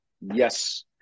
Yes